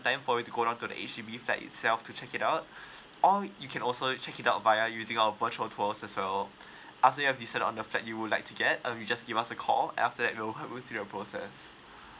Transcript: time for you to go down to the H_D_B flat itself to check it out or you can also check it out via using our virtual tours as well after you have decided on the flat you would like to get uh you just give us a call and after that we'll help you through with the process